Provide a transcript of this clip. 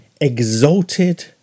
exalted